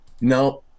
No